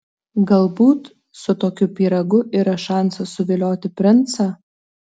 galbūt su tokiu pyragu yra šansas suvilioti princą